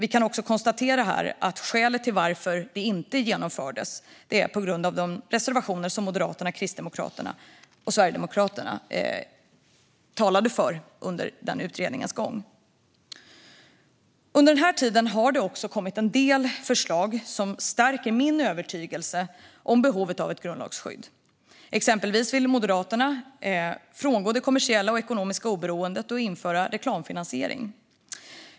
Vi kan också konstatera att det inte har genomförts, på grund av de reservationer som Moderaterna, Kristdemokraterna och Sverigedemokraterna talade för under utredningens gång. Under den här tiden har det kommit en del förslag som stärker min övertygelse om behovet av ett grundlagsskydd. Exempelvis vill Moderaterna frångå det kommersiella och ekonomiska oberoendet och införa reklamfinansiering.